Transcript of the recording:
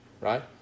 right